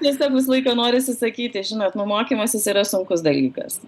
tiesiog visą laiką norisi sakyti žinot nu mokymasis yra sunkus dalykas